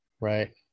right